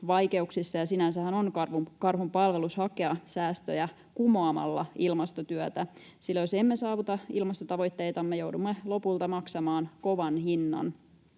ja sinänsähän on karhunpalvelus hakea säästöjä kumoamalla ilmastotyötä. Sillä jos emme saavuta ilmastotavoitteitamme, joudumme lopulta maksamaan kovan hinnan.